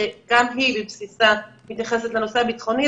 שגם היא בבסיסה מתייחסת לנושא הביטחוני,